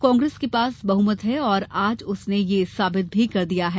कांग्रेस के पास बहुमत है और आज उसने यह साबित भी कर दिया है